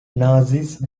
nazis